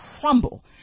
crumble